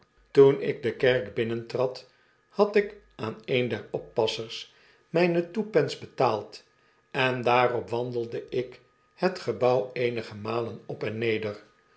toen ik de kerk binnentrad had ik aan een der oppassers myne two pence betaald en daarop wandelde ik het gebouw eenige malen op en neder